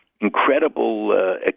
incredible